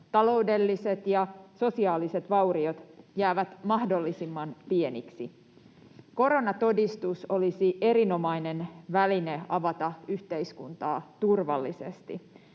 taloudelliset ja sosiaaliset vauriot jäävät mahdollisimman pieniksi. Koronatodistus olisi erinomainen väline avata yhteiskuntaa turvallisesti.